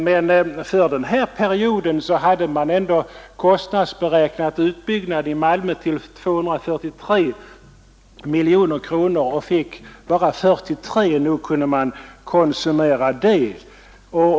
Men för den här perioden hade man ändå kostnadsberäknat en utbyggnad i Malmö till 243 miljoner kronor och fick bara 43. Nog kunde man konsumera det.